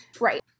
right